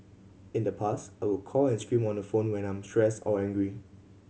in the past I would call and scream on the phone when I'm stressed or angry